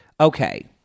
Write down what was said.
okay